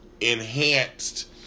enhanced